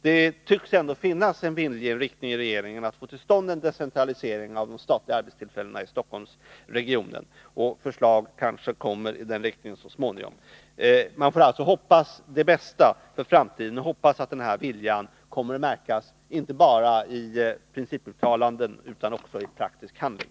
Det tycks ändå finnas en viljeinriktning i regeringen att få till stånd en decentralisering av de statliga arbetstillfällena i Stockholmsregionen, och förslag i den riktningen kanske kommer att framläggas så småningom. Jag hoppas alltså det bästa för framtiden och hoppas att den här viljan kommer att märkas inte bara i principuttalanden utan också i praktisk handling.